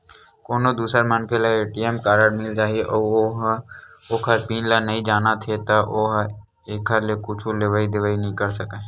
कोनो दूसर मनखे ल ए.टी.एम कारड मिल जाही अउ ओ ह ओखर पिन ल नइ जानत हे त ओ ह एखर ले कुछु लेवइ देवइ नइ कर सकय